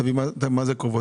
תגיד מה זה קרובו,